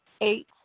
Eight